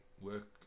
work